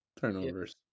turnovers